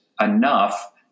enough